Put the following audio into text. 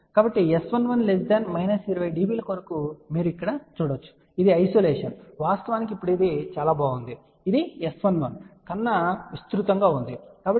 కాబట్టి S11 20 dB కొరకు మీరు ఇక్కడ చూడవచ్చు ఇది ఐసోలేషన్ వాస్తవానికి ఇప్పుడు చాలా బాగుంది ఇది S11 కన్నా విస్తృతమైనది